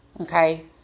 Okay